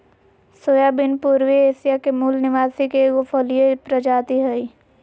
soybean पूर्वी Asia के मूल निवासी के एगो फलिय प्रजाति हइ